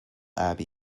abbey